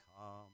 come